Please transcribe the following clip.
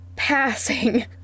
Passing